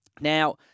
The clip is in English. Now